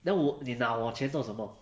then 我你那我钱做什么